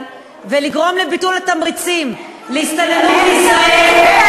ולגרום לביטול התמריצים להסתננות לישראל,